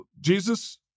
Jesus